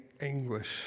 anguish